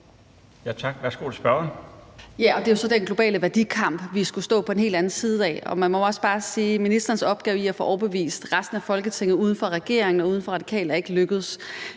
Kl. 22:30 Theresa Scavenius (UFG): Det er jo så i den globale værdikamp, vi skulle stå på den helt anden side. Man må også bare sige, at ministerens opgave med at få overbevist resten af Folketinget uden for regeringen og udenfor Radikale ikke er lykkedes.